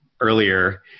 earlier